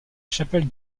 chapelle